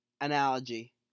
analogy